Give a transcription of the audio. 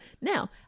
Now